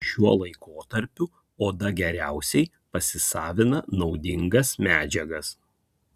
šiuo laikotarpiu oda geriausiai pasisavina naudingas medžiagas